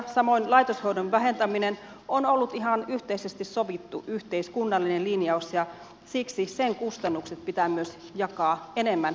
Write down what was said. samoin laitoshoidon vähentäminen on ollut ihan yhteisesti sovittu yhteiskunnallinen linjaus ja siksi sen kustannukset pitää myös jakaa enemmän yhteisvastuullisesti